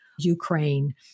Ukraine